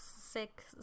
sick